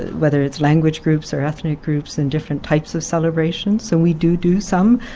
whether it's language groups or ethnic groups in different types of celebrations. so we do do some,